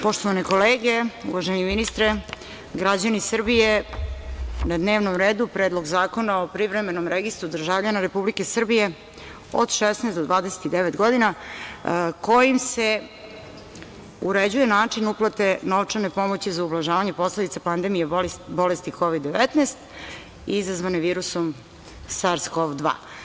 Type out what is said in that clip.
Poštovane kolege, uvaženi ministre, građani Srbije, na dnevnom redu je Predlog zakona o privremenom registru državljana Republike Srbije od 16 do 29 godina, kojim se uređuje način uplate novčane pomoći za ublažavanje posledica pandemije bolesti Kovid 19 izazvane virusom SARS – KoV-2.